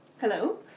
Hello